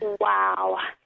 Wow